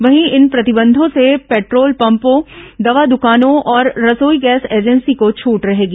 वहीं इन प्रतिबंधों से पेट्रोल पम्पों दवा दुकानों और रसोई गैस एजेंसी को छट रहेगी